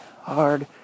hard